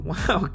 Wow